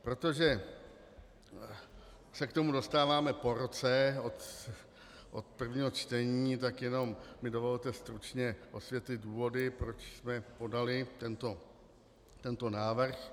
Protože se k tomu dostáváme po roce od prvního čtení, tak jenom mi dovolte stručně osvětlit důvody, proč jsme podali tento návrh.